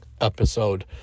episode